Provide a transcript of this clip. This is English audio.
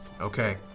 Okay